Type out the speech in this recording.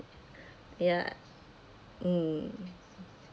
ya mm